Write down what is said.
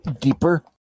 deeper